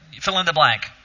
fill-in-the-blank